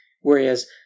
whereas